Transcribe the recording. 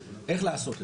בכל אופן,